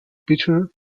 pitcher